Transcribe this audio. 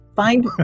Find